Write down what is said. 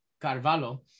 Carvalho